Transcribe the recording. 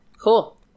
cool